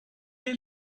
est